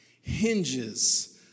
hinges